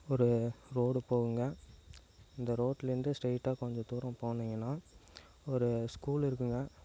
ஒரு ரோடு போகுங்க அந்த ரோட்லேருந்து ஸ்ட்ரெயிட்டாக கொஞ்சம் தூரம் போனீங்கன்னால் ஒரு ஸ்கூல் இருக்குங்க